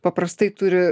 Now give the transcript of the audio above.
paprastai turi